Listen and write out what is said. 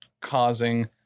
causing